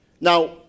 Now